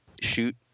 shoot